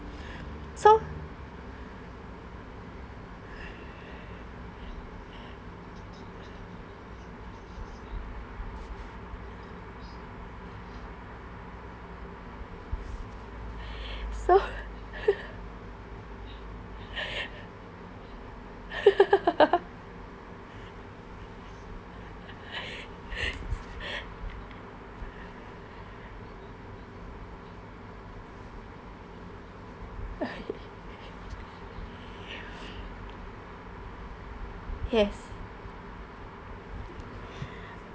so so yes